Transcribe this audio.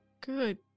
Good